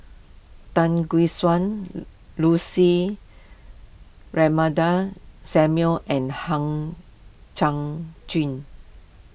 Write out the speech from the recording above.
Tan Gek Suan Lucy Samuel and Hang Chang Chieh